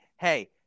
hey